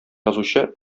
язучы